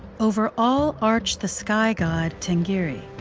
over all arched the sky god tenggeri.